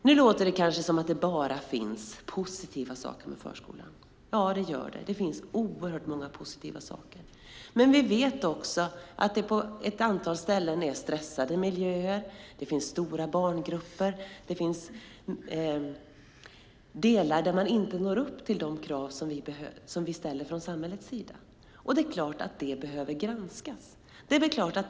Nu låter det kanske som att det bara finns positiva saker med förskolan. Det gör det; det finns oerhört många positiva saker. Men vi vet också att det på ett antal ställen är stressade miljöer. Det finns stora barngrupper och delar där man inte når upp till de krav vi ställer från samhällets sida. Det är klart att detta behöver granskas och följas upp.